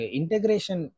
integration